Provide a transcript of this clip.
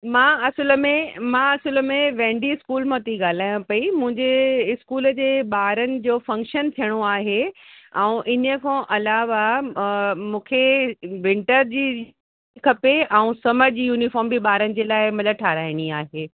मां असुल में मां असुल में वेंडी स्कूल मां थी ॻाल्हायां पई मुंहिंजे स्कूल जे ॿारनि जो फंक्शन थियणो आहे ऐं इन्हीअ खां अलावा मूंखे विंटर जी खपे ऐं समर यूनिफ़ॉर्म बि ॿारनि जे लाइ मतिलबु ठाहिराइणी आहे